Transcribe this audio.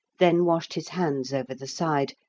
then washed his hands over the side,